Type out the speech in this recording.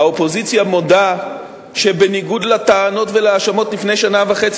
האופוזיציה מודה שבניגוד לטענות ולהאשמות מלפני שנה וחצי,